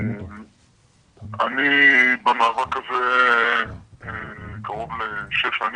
אני במאבק הזה קרוב לשש שנים,